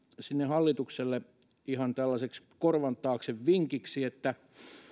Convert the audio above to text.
hallitukselle ihan tällaiseksi korvan taakse vinkiksi että